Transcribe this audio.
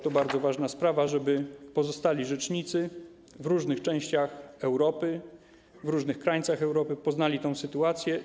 To bardzo ważna sprawa, żeby pozostali rzecznicy w różnych częściach Europy, na różnych krańcach Europy poznali tę sytuację.